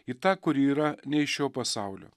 į tą kuri yra ne iš šio pasaulio